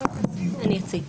אני אציג.